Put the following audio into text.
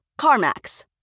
CarMax